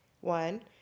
One